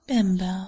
Bimbo